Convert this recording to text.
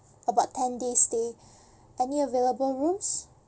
about ten day stay any available rooms